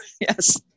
yes